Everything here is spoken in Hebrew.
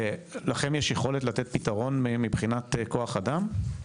לכם יש יכולת לתת פתרון מבחינת כוח אדם?